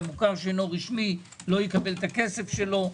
המוכר שאינו רשמי לא יקבל את הכסף שלו,